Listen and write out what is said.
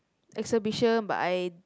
exhibition but I